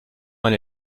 mal